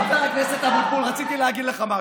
חבר הכנסת אבוטבול, רציתי להגיד לך משהו.